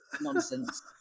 nonsense